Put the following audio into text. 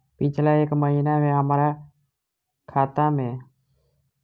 पिछला एक महीना मे हम्मर खाता मे कुन मध्यमे सऽ कत्तेक पाई ऐलई ह?